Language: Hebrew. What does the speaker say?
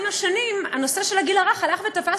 עם השנים הנושא של הגיל הרך הלך ותפס,